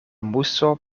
muso